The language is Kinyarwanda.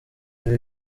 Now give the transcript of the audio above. ibi